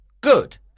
Good